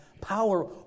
power